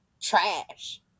trash